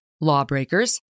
lawbreakers